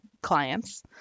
clients